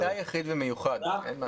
יוראי להב הרצנו (יש עתיד - תל"ם): אתה יחיד ומיוחד.